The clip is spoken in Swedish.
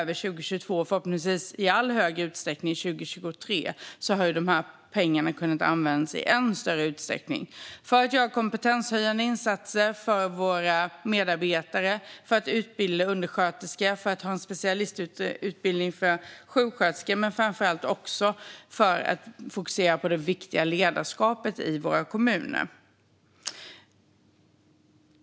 Men 2022 och förhoppningsvis i ännu högre grad 2023 har pengarna kunnat användas i allt större utsträckning - för att göra kompetenshöjande insatser för våra medarbetare, utbilda undersköterskor och ha en specialistutbildning för sjuksköterskor, men också och framför allt för att fokusera på det viktiga ledarskapet i våra kommuner.